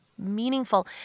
meaningful